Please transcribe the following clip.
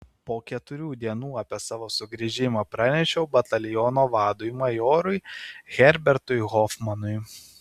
po keturių dienų apie savo sugrįžimą pranešiau bataliono vadui majorui herbertui hofmanui